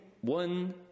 one